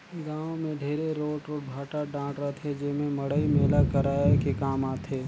गाँव मे ढेरे रोट रोट भाठा डाँड़ रहथे जेम्हे मड़ई मेला कराये के काम आथे